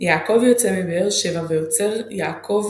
יעקב יוצא מבאר שבע ועוצר יעקב